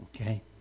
Okay